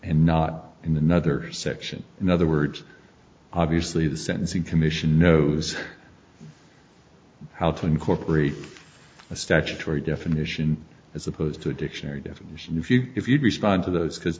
and not in the nother section in other words obviously the sentencing commission knows how to incorporate a statutory definition as opposed to a dictionary definition if you if you respond to those because